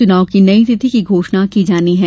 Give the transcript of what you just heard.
चुनाव की नई तिथि की अभी घोषणा की जानी है